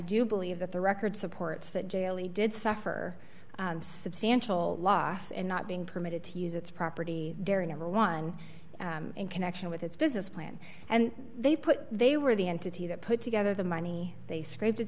do believe that the record supports that daily did suffer substantial loss in not being permitted to use its property during a one in connection with its business plan and they put they were the entity that put together the money they scraped